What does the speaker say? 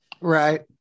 Right